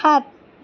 সাত